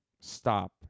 stop